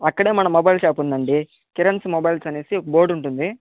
అక్కడే మన mobile shop ఉందండి కిరన్స్ మొబైల్స్ అని ఒక బోర్డు ఉంటుంది